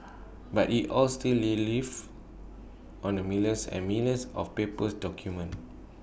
but IT all still relief on the millions and millions of paper's documents